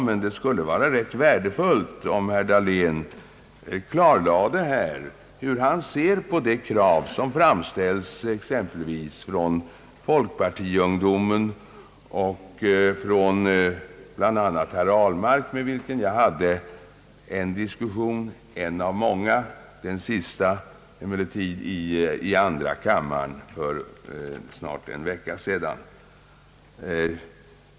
Men det vore värdefullt om han klar lade hur han ser på de krav som framställs från exempelvis folkpartiungdomen och från herr Ahlmark, med vilken jag hade en diskussion — en av många — i andra kammaren för snart en vecka sedan.